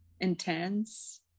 intense